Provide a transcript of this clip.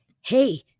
hey